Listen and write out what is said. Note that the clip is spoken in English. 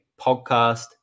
podcast